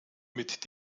mit